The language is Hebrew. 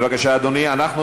אדוני, בבקשה.